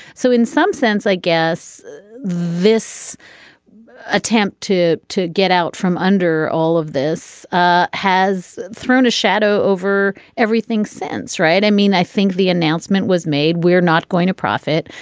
so in some sense i guess this attempt to to get out from under all of this ah has thrown a shadow over everything since right. i mean i think the announcement was made we're not going to profit.